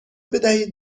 بدهید